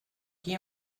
qui